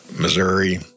Missouri